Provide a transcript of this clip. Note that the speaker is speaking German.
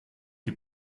die